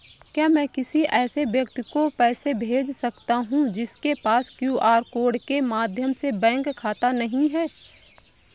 क्या मैं किसी ऐसे व्यक्ति को पैसे भेज सकता हूँ जिसके पास क्यू.आर कोड के माध्यम से बैंक खाता नहीं है?